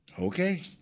okay